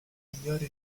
migliori